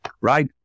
right